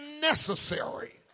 necessary